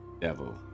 devil